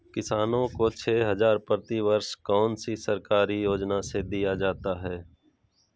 किसानों को छे हज़ार प्रति वर्ष कौन सी सरकारी योजना से दिया जाता है?